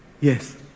yes